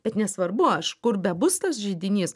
bet nesvarbu aš kur bebus tas židinys